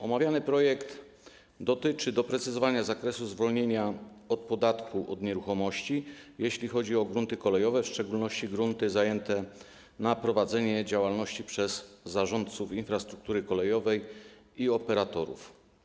Omawiany projekt dotyczy doprecyzowania zakresu zwolnienia od podatku od nieruchomości, jeśli chodzi o grunty kolejowe, w szczególności grunty zajęte na prowadzenie działalności przez zarządców infrastruktury kolejowej i operatorów.